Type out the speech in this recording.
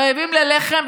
רעבים ללחם,